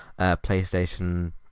Playstation